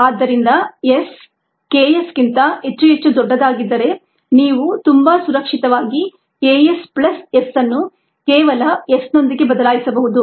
ಆದ್ದರಿಂದ s K s ಗಿಂತ ಹೆಚ್ಚು ಹೆಚ್ಚು ದೊಡ್ಡದಾಗಿದ್ದರೆ ನೀವು ತುಂಬಾ ಸುರಕ್ಷಿತವಾಗಿ K s ಪ್ಲಸ್ s ಅನ್ನು ಕೇವಲ s ನೊಂದಿಗೆ ಬದಲಾಯಿಸಬಹುದು